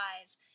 eyes